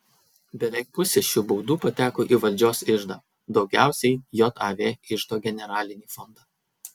beveik pusė šių baudų pateko į valdžios iždą daugiausiai jav iždo generalinį fondą